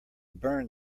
burned